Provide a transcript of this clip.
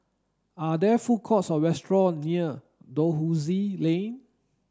are there food courts or restaurants near Dalhousie Lane